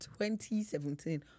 2017